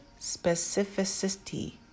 Specificity